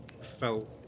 felt